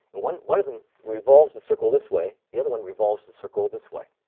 one one of them revolves the circle this way. the other one revolves the circle this way.